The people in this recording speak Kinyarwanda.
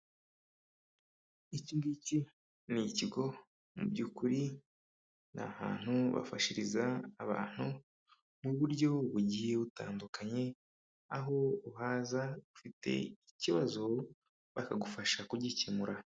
Iki ngiki ni ikigo mu by'ukuri ni ahantu bafashiriza abantu mu buryo bugiye butandukanye aho uhaza ufite ikibazo bakagufasha kugikemura.